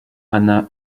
anna